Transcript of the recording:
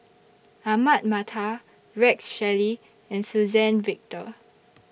Ahmad Mattar Rex Shelley and Suzann Victor